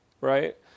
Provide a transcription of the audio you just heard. right